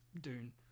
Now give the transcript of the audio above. Dune